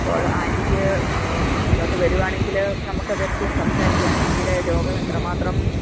അപ്പോൾ ആൻറ്റിക്ക് ഇങ്ങോട്ടു വരികയാണെങ്കിൽ നമുക്കതേപ്പറ്റിയൊന്നു സംസാരിക്കാം ആൻറ്റിയുടെ രോഗം എത്ര മാത്രം